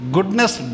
Goodness